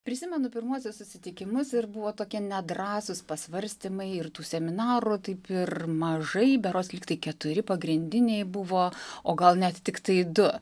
prisimenu pirmuosius susitikimus ir buvo tokie nedrąsūs pasvarstymai ir tų seminarų taip ir mažai berods lygtai keturi pagrindiniai buvo o gal net tiktai du